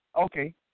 Okay